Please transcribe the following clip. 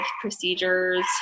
procedures